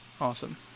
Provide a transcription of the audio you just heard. awesome